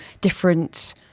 different